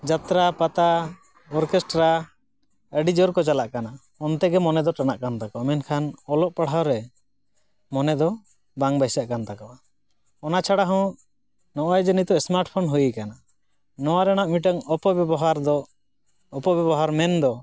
ᱡᱟᱛᱨᱟ ᱯᱟᱛᱟ ᱚᱨᱠᱮᱥᱴᱨᱟ ᱟᱹᱰᱤ ᱡᱳᱨᱠᱚ ᱪᱟᱞᱟᱜ ᱠᱟᱱᱟ ᱚᱱᱛᱮᱜᱮ ᱢᱚᱱᱮᱫᱚ ᱴᱟᱱᱟᱠᱟᱱ ᱛᱟᱠᱚᱣᱟ ᱢᱮᱱᱠᱷᱟᱱ ᱚᱞᱚᱜ ᱯᱟᱲᱦᱟᱣᱨᱮ ᱢᱚᱱᱮᱫᱚ ᱵᱟᱝ ᱵᱟᱹᱭᱥᱟᱹᱜᱠᱟᱱ ᱛᱟᱠᱚᱣᱟ ᱚᱱᱟ ᱪᱷᱟᱲᱟ ᱦᱚᱸ ᱱᱚᱜᱼᱚᱸᱭ ᱡᱮ ᱱᱤᱛᱚᱜ ᱥᱢᱟᱨᱴ ᱯᱷᱳᱱ ᱦᱩᱭᱠᱟᱱᱟ ᱱᱚᱣᱟ ᱨᱮᱱᱟᱜ ᱢᱤᱫᱴᱟᱝ ᱚᱯᱚᱵᱮᱵᱚᱦᱟᱨ ᱫᱚ ᱚᱯᱚᱵᱮᱵᱚᱦᱟᱨ ᱢᱮᱱᱫᱚ